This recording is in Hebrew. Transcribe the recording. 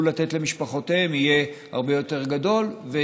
לתת למשפחותיהם יהיה הרבה יותר גדול.